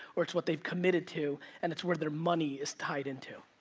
or it's what they've committed to, and it's where their money is tied into?